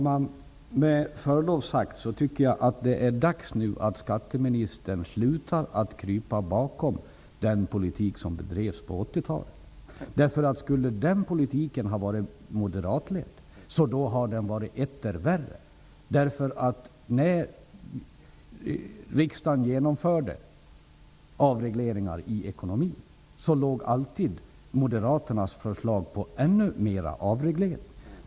Fru talman! Jag tycker att det med förlov sagt nu är dags att skatteministern slutar krypa bakom den politik som bedrevs på 80-talet. Skulle den politiken ha varit moderatledd, skulle det nämligen ha varit etter värre. När riksdagen genomförde avregleringar i ekonomin stod alltid Moderaternas förslag för ännu mer av avregleringar.